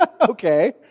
Okay